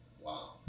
Wow